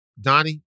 Donnie